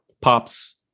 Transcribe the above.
pops